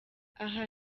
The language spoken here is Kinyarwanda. aha